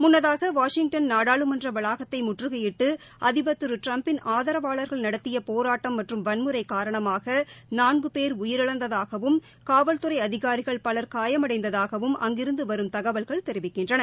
முன்னதாக வாஷிங்டன் நாடாளுமன்ற வளாகத்தை முற்றுகையிட்டு அதிபா் திரு ட்ரம்பின் ஆதரவாளர்கள் நடத்திய போராட்டம் மற்றும் வன்முறை காரணமாக நான்கு பேர் உயிரிழந்ததாகவம் காவல்துறை அதிகாரிகள் பவன் காயமடைந்ததாகவும் அங்கிருந்து வரும் தகவல்கள் தெரிவிக்கின்றன